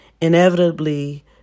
inevitably